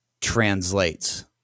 translates